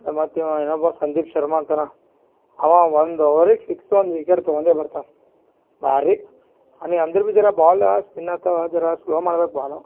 ಮತ್ತು ಇವ ಇನ್ನೊಬ್ಬ ಸಂದೀಪ್ ಶರ್ಮ ಅಂತಾನ ಅವ ಒಂದು ಓವರಿಗೆ ಫಿಕ್ಸ್ ಒಂದು ವಿಕೆಟ್ ತಗೊಂಡೆ ಬರ್ತಾನೆ ಭಾರಿ ಅನೆ ಅಂದರೆ ಬಿ ಜರ ಬಾಲಾ ಸ್ಪಿನ್ ಆಗ್ತವೆ ಜರ ಸ್ಲೋ ಮಾಡ್ಬೇಕು ಬಾಲ